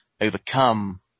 overcome